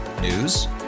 News